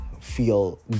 feel